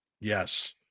Yes